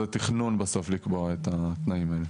התכנון בסוף לקבוע את התנאים האלה.